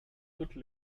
toutes